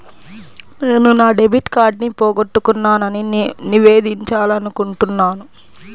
నేను నా డెబిట్ కార్డ్ని పోగొట్టుకున్నాని నివేదించాలనుకుంటున్నాను